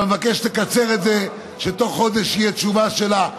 אבל מבקש שתקצר את זה, שתוך חודש תהיה תשובה שלה.